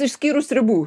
išskyrus ribų